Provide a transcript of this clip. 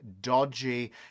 dodgy